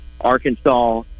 Arkansas